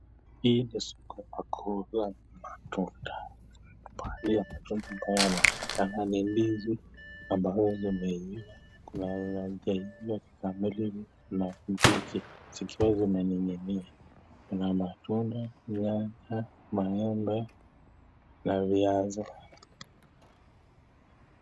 Hii ni soko ya kuuzia matunda. Baadhi ya matunda yanayoonekana ni ndizi ambazo zimeiva na kuna ambazo hazijaiva kikamilifu ikiwa imening'inia. Kuna matunda kama maembe na viazi.